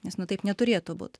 nes nu taip neturėtų būt